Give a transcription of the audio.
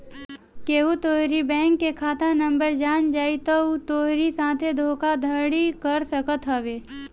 केहू तोहरी बैंक के खाता नंबर जान जाई तअ उ तोहरी साथे धोखाधड़ी कर सकत हवे